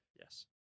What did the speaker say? Yes